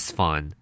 fun